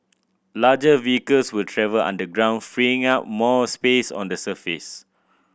larger vehicles will travel underground freeing up more space on the surface